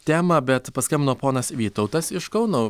temą bet paskambino ponas vytautas iš kauno